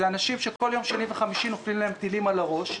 אלה אנשים שבכל יום שני וחמישי נופלים להם טילים על הראש.